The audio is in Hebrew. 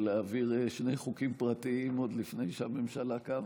העברת שני חוקים פרטיים עוד לפני שהממשלה קמה.